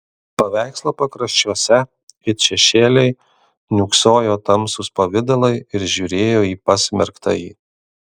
paveikslo pakraščiuose it šešėliai niūksojo tamsūs pavidalai ir žiūrėjo į pasmerktąjį